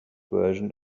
version